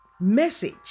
message